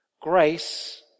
Grace